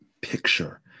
picture